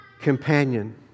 companion